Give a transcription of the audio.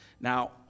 Now